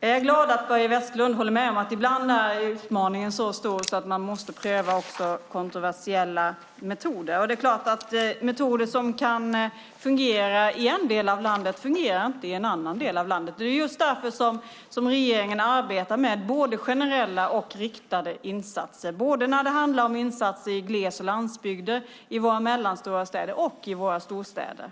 Jag är glad att Börje Vestlund håller med om att ibland är utmaningen så stor att man måste pröva också kontroversiella metoder. Metoder som kan fungera i en del av landet fungerar inte i en annan del av landet. Det är just därför som regeringen arbetar med både generella och riktade insatser i gles och landsbygder, i våra mellanstora städer och i våra storstäder.